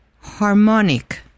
harmonic